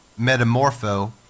metamorpho